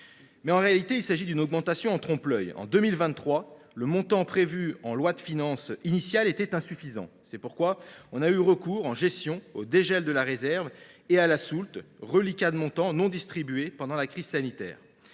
passé. Néanmoins, cette augmentation est en trompe l’œil. En 2023, le montant prévu en loi de finances initiale était insuffisant. Il a donc fallu avoir recours, en gestion, au dégel de la réserve et à la soulte, reliquat de montants non distribués pendant la crise sanitaire.